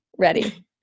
ready